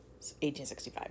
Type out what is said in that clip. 1865